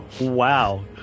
Wow